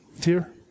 dear